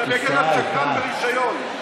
אתה, שקרן ברישיון.